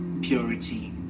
purity